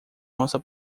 nossa